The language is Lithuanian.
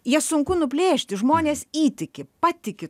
jas sunku nuplėšti žmonės įtiki patiki